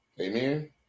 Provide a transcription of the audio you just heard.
Amen